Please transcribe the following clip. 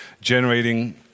generating